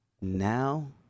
now